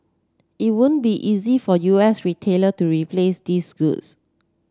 it won't be easy for U S retailer to replace these goods